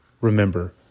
Remember